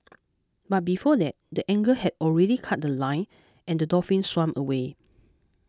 but before that the angler had already cut The Line and the dolphin swam away